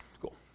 cool